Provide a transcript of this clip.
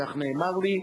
כך נאמר לי.